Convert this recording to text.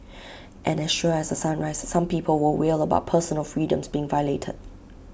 and as sure as A sunrise some people will wail about personal freedoms being violated